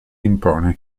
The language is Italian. impone